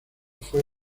fue